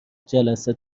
جلسه